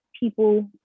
people